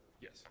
yes